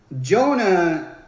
Jonah